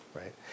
right